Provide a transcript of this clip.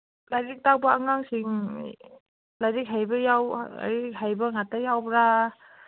ꯂꯥꯏꯔꯤꯛ ꯇꯥꯛꯄ ꯑꯉꯥꯡꯁꯤꯡ ꯂꯥꯏꯔꯤꯛ ꯍꯩꯕ ꯂꯥꯏꯔꯤꯛ ꯍꯩꯕ ꯌꯥꯎꯕ꯭ꯔꯥ